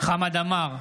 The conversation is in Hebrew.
חמד עמאר,